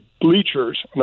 Bleachers